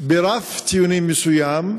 ברף ציונים מסוים,